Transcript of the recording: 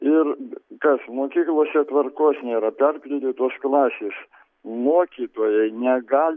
ir kas mokyklose tvarkos nėra perpildytos klasės mokytojai negali